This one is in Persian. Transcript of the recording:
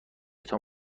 تان